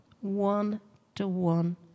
One-to-one